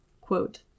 Quote